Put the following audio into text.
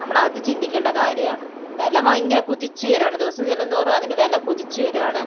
നമ്മൾ അത് ചിന്തിക്കേണ്ട കാര്യമാണ് വില ഭയങ്കര കുതിച്ചുയരുകയാണ് ദിവസം ചെല്ലുന്തോറും അതിന് വില കുതിച്ചുയരുകയാണ്